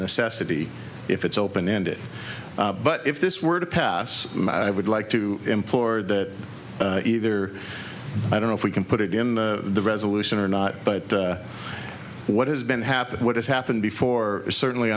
necessity if it's open ended but if this were to pass i would like to implore that either i don't know if we can put it in the resolution or not but what has been happen what has happened before certainly